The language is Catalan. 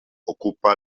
ocupa